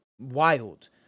wild